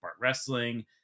wrestling